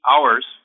hours